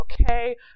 okay